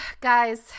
Guys